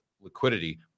liquidity